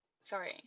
sorry